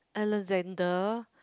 Alexander